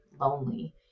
lonely